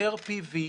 יותר פי.וי.